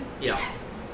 Yes